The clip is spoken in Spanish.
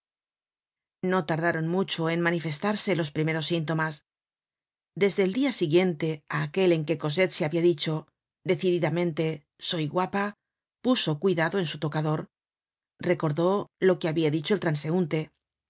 no tardaron mucho en manifestarse los primeros síntomas desde el dia siguiente á aquel en que cosette se habia dicho decididamente soy guapa puso cuidado en su tocador recordó lo que habia dicho el transeunte